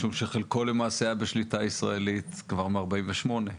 משום שחלקו למעשה היה בשליטה ישראלית כבר מ-1948.